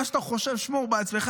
את מה שאתה חושב תשמור לעצמך.